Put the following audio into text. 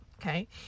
okay